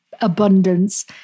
abundance